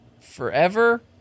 forever